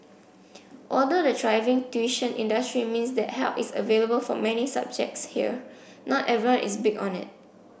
although the thriving tuition industry means that help is available for many subjects here not everyone is big on it